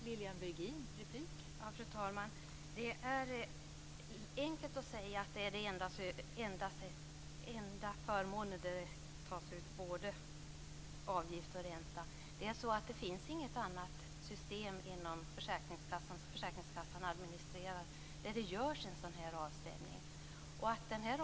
Fru talman! Det är enkelt att säga att detta är den enda förmånen där det tas ut både avgift och ränta. Det finns inget annat system som administreras av försäkringskassan där det görs en sådan avstämning.